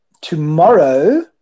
tomorrow